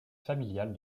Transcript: familiale